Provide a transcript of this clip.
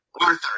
Arthur